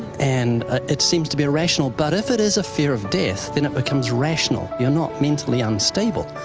and ah it seems to be irrational, but if it is a fear of death, then it becomes rational. you're not mentally unstable.